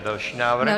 Další návrh.